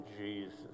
Jesus